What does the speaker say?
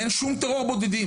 אין דבר כזה.